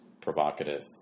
provocative